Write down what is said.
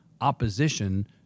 opposition